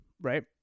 right